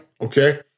okay